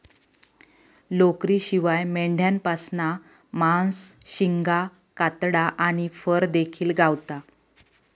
लोकरीशिवाय मेंढ्यांपासना मांस, शिंगा, कातडा आणि फर देखिल गावता